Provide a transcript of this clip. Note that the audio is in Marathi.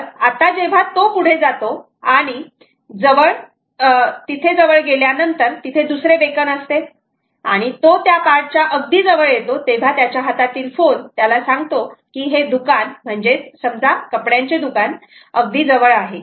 तर आता जेव्हा तो पुढे जातो आणि तिथे जवळ गेल्यानंतर तिथे दुसरे बेकन असते आणि तो त्या पार्ट च्या अगदी जवळ येतो तेव्हा त्याच्या हातातील फोन त्याला सांगतो की हे दुकान म्हणजेच समजा कपड्यांचे दुकान अगदी जवळ आहे